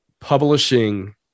publishing